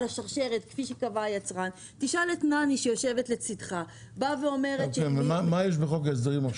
השרשרת כפי שקבע היצרן --- מה יש עכשיו בחוק ההסדרים?